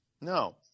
No